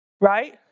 right